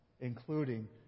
including